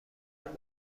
منم